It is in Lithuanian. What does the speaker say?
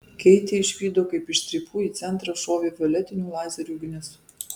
keitė išvydo kaip iš strypų į centrą šovė violetinių lazerių ugnis